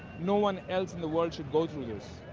no one else in the world should go through this.